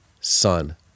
Son